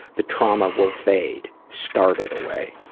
the trauma will fade. starve it away.